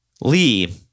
Lee